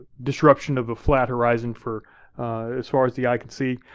disruption of a flat horizon for as far as the eye can see.